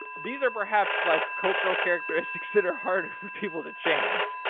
these are perhaps like cultural characteristics that are harder for people to change.